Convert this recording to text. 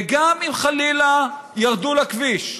וגם אם חלילה ירדו לכביש,